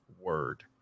word